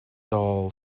dull